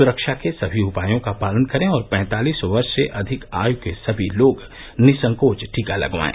सुरक्षा के सभी उपायों का पालन करें और पैंतालीस वर्ष से अधिक आयु के सभी लोग निःसंकोच टीका लगवाएं